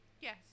Yes